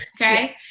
okay